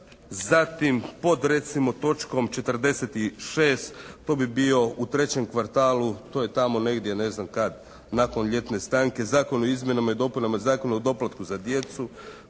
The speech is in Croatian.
Zatim pod recimo točkom 46. to bio u 3. kvartalu, to je tamo negdje ne znam kad nakon ljetne stanke Zakon o izmjenama i dopunama Zakona o doplatku za djecu.